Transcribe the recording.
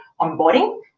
onboarding